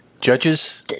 Judges